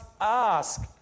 ask